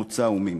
מוצא ומין.